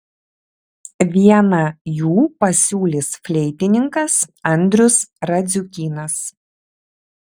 vieną jų pasiūlys fleitininkas andrius radziukynas